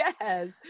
yes